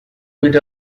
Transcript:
with